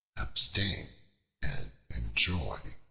abstain and enjoy.